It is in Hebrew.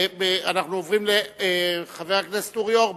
אנחנו עוברים לחבר הכנסת אורי אורבך,